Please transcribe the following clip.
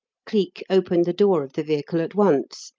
cleek opened the door of the vehicle at once,